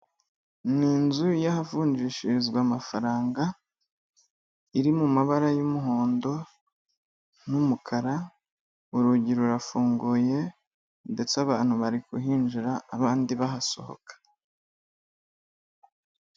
Ni inzu y'ahavunjishirizwa amafaranga iri mu mabara y'umuhondo n'umukara, urugi rurafunguye ndetse abantu bari kuhinjira abandi bahasohoka.